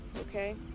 okay